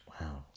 wow